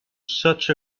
such